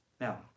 Now